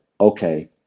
okay